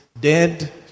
dead